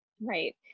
Right